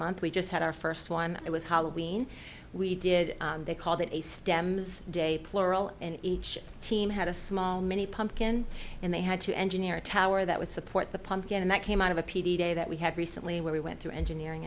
month we just had our first one it was how we mean we did they called it a stems day plural and each team had a small mini pumpkin and they had to engineer a tower that would support the pumpkin and that came out of a p t day that we had recently where we went through engineering